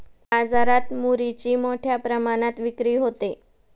बाजारात मुरीची मोठ्या प्रमाणात विक्री होते